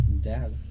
Dad